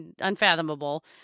unfathomable